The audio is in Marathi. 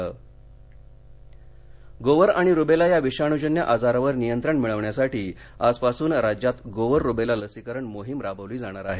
लसीकरण गोवर आणि रुबेला या विषाणूजन्य आजारावर नियंत्रण मिळवण्यासाठी आजपासून राज्यात गोवर रुबेला लसीकरण मोहीम राबवली जाणार आहे